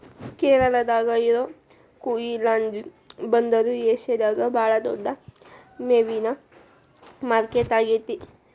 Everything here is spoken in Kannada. ಕೇರಳಾದಾಗ ಇರೋ ಕೊಯಿಲಾಂಡಿ ಬಂದರು ಏಷ್ಯಾದಾಗ ಬಾಳ ದೊಡ್ಡ ಮೇನಿನ ಮಾರ್ಕೆಟ್ ಆಗೇತಿ